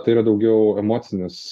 tai yra daugiau emocinis